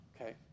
okay